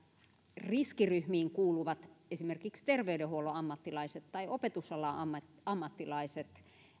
riskiryhmiin kuuluvat esimerkiksi terveydenhuollon ammattilaiset tai opetusalan ammattilaiset